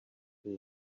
big